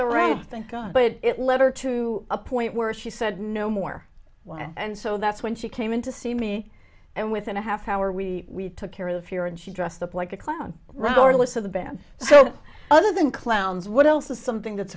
alright thank god but it letter to a point where she said no more and so that's when she came in to see me and within a half hour we took care of her and she dressed up like a clown rudderless of the band so other than clowns what else is something that's